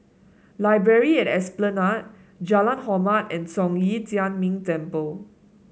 Library at Esplanade Jalan Hormat and Zhong Yi Tian Ming Temple